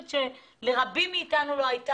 שהייתה חסרה לרבים מאיתנו.